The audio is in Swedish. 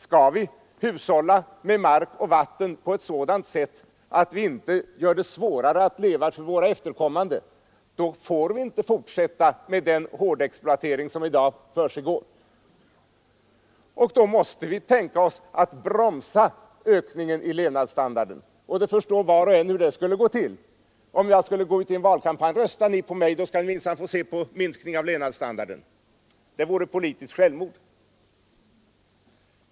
Skall vi hushålla med mark och —————— vatten på ett sådant sätt att vi inte gör det svårare för våra efter Jordbrukspolitiken, m.m. kommande att leva, får vi inte fortsätta med den hårdexploatering som i dag försiggår. Då måste vi tänka oss att bromsa ökningen i levnadsstandarden. Var och en förstår hur det skulle gå om man sade i en valkampanj: Rösta på mig, då ska ni få se på en sänkning av levnadsstandarden! Det vore politiskt självmord.